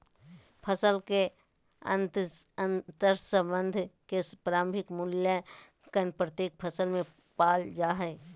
फसल के अंतर्संबंध के प्रारंभिक मूल्यांकन प्रत्येक फसल में पाल जा हइ